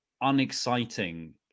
unexciting